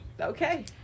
Okay